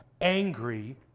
angry